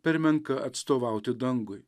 per menka atstovauti dangui